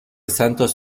santos